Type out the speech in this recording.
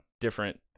different